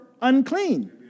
unclean